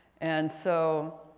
and so.